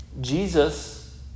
Jesus